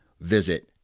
visit